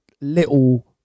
little